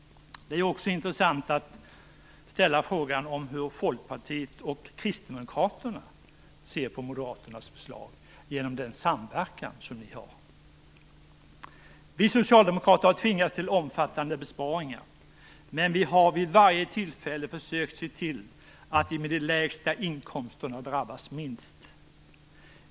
Det är också intressant att ställa frågan hur Folkpartiet och Kristdemokraterna ser på Moderaternas förslag genom den samverkan som de har. Vi socialdemokrater har tvingats till omfattande besparingar, men vi har vid varje tillfälle försökt se till att de med de lägsta inkomsterna drabbas minst.